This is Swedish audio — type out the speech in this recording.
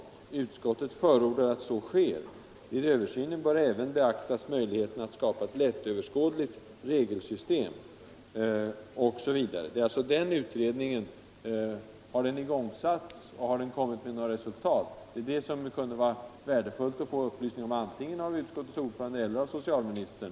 Utskottet förordar att så sker. Vid översynen bör även beaktas möjligheterna att skapa ett lättöverskådligt regelsystem.” Har den utredningen satts i gång, och har den kommit fram till några resultat? Det skule vara värdefullt för den fortsatta diskussionen att få en upplysning om det antungen av utskouets ordförande eller uv socialministern.